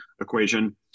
equation